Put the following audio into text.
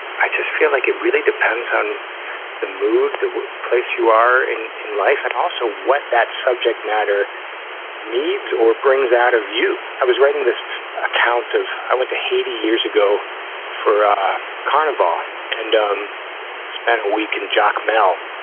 i just feel like it really depends on the mood, the place you are in in life, and also what that subject matter needs or brings out of you. i was writing this account of i went to haiti years ago for carnarvon and um spent a week in jacmel,